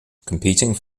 competing